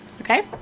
Okay